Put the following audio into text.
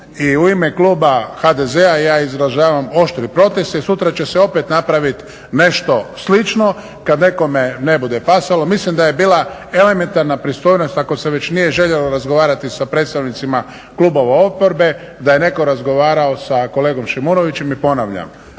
i u ime Kluba HDZ-a ja izražavam oštri protest jer sutra će se opet napraviti nešto slično kada nekome ne bude pasalo. Mislim da je bila elementarna pristojnost ako se već nije željelo razgovarati sa predstavnicima klubova oporbe da je netko razgovarao sa kolegom Šimonovićem i ponavljam,